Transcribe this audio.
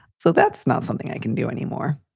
so that's not something i can do anymore.